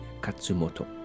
Katsumoto